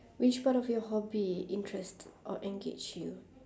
which part of your hobby interest or engage you